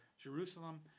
Jerusalem